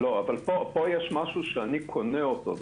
פה יש משהו שאני קונה אותו.